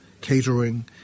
catering